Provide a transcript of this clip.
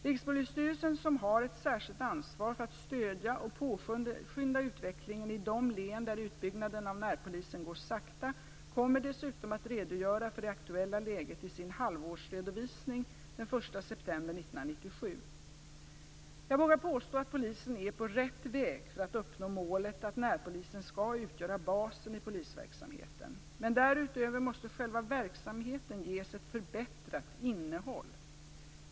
Rikspolisstyrelsen, som har ett särskilt ansvar för att stödja och påskynda utvecklingen i de län där utbyggnaden av närpolisen går sakta, kommer dessutom att redogöra för det aktuella läget i sin halvårsredovisning den 1 september 1997. Jag vågar påstå att polisen är på rätt väg för att uppnå målet att närpolisen skall utgöra basen i polisverksamheten, men därutöver måste själva verksamheten ges ett förbättrat innehåll.